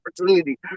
opportunity